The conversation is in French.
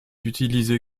utilisé